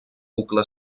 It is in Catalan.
bucle